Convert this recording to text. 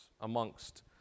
amongst